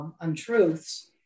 untruths